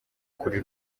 kuri